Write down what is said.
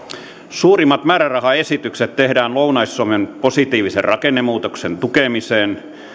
suurimmat määrärahaesitykset tehdään lounais suomen positiivisen rakennemuutoksen tukemiseen